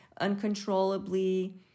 uncontrollably